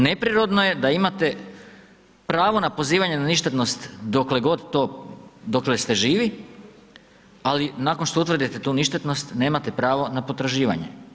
Neprirodno je da imate pravo na pozivanje na ništetnost dokle god to, dokle ste živi, ali nakon što utvrdite tu ništetnost, nemate pravo na potraživanje.